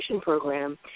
Program